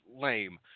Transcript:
lame